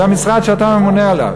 זה המשרד שאתה ממונה עליו,